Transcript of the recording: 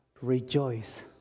rejoice